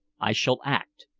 i shall act.